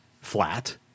flat